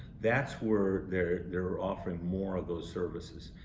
that's where they're they're are offering more of those services.